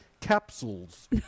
capsules